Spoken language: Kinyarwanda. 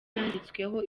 yanditsweho